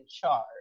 charge